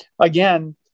again